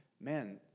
man